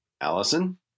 Allison